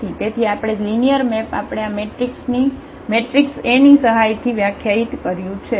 તેથી આપેલ linear map આપણે આ મેટ્રિક્સ એ ની સહાયથી વ્યાખ્યાયિત કર્યું છે